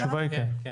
התשובה היא כן.